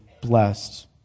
blessed